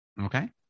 Okay